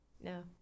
no